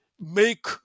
make